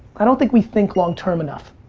i don't think we think long-term enough,